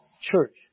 church